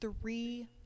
three